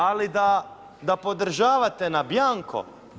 Ali da podržavate na bjanko.